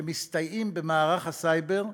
שמסתייעים במערך הסייבר,